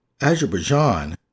Azerbaijan